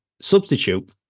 substitute